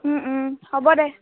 হ'ব দে